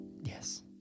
yes